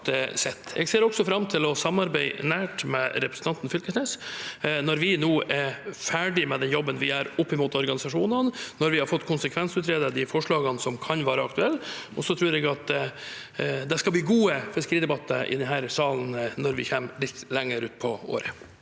Jeg ser også fram til å samarbeide nært med representanten Fylkesnes når vi er ferdig med jobben vi gjør opp mot organisasjonene, og vi har fått konsekvensutredet de forslagene som kan være aktuelle. Jeg tror at det skal bli gode fiskeridebatter i denne salen når vi kommer litt lenger ut på året.